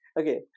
okay